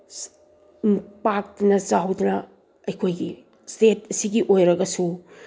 ꯄꯥꯛꯇꯅ ꯆꯥꯎꯗꯅ ꯑꯩꯈꯣꯏꯒꯤ ꯏꯁꯇꯦꯠ ꯑꯁꯤꯒꯤ ꯑꯣꯏꯔꯒꯁꯨ